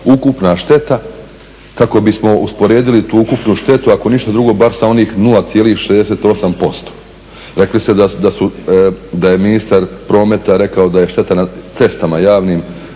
ukupna šteta kako bismo usporedili tu ukupnu štetu ako ništa drugo bar sa onih 0,68%? Rekli ste da je ministar prometa rekao da je šteta na cestama javnim